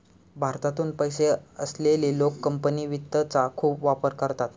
भारतातून पैसे असलेले लोक कंपनी वित्तचा खूप वापर करतात